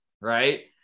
right